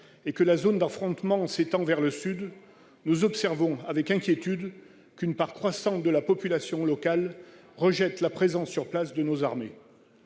et que la zone d'affrontement s'étend vers le sud, nous observons avec inquiétude qu'une part croissante de la population locale rejette la présence sur place de nos armées.